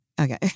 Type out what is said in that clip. Okay